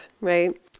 right